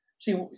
See